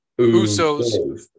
Usos